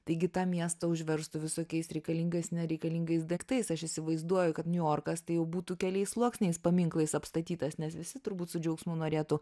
taigi tą miestą užverstų visokiais reikalingais nereikalingais daiktais aš įsivaizduoju kad niujorkas tai jau būtų keliais sluoksniais paminklais apstatytas nes visi turbūt su džiaugsmu norėtų